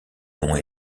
dons